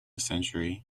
century